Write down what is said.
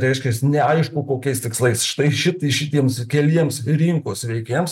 reiškias neaišku kokiais tikslais štai šitai šitiems keliems rinkos veikėjams